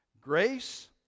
Grace